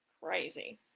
crazy